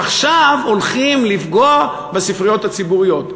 עכשיו הולכים לפגוע בספריות הציבוריות.